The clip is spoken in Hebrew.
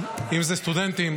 אם זה סטודנטים,